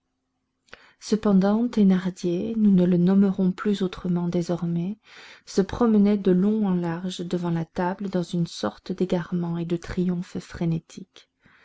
cependant thénardier nous ne le nommerons plus autrement désormais se promenait de long en large devant la table dans une sorte d'égarement et de triomphe frénétique